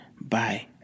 Bye